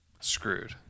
screwed